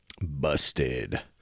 Busted